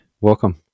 welcome